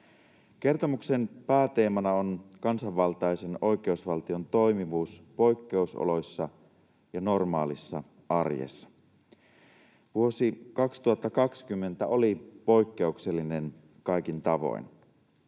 Kertomuksen pääteemana on kansanvaltaisen oikeusvaltion toimivuus poikkeusoloissa ja normaalissa arjessa. Vuosi 2020 oli poikkeuksellinen kaikin tavoin.